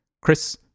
Chris